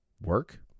work